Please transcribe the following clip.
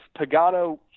Pagano